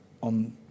on